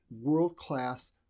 world-class